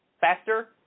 faster